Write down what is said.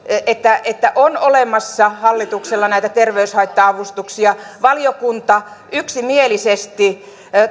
että että on olemassa hallituksella näitä terveyshaitta avustuksia valiokunta yksimielisesti